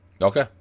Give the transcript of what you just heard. Okay